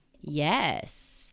Yes